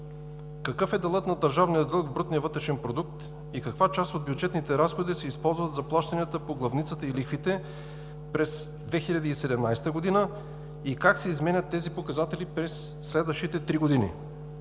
какъв е делът на държавния дълг в брутния вътрешен продукт и каква част от бюджетните разходи се използват за плащанията по главницата и лихвите през 2017 г.? Как се изменят тези показатели през следващите три години?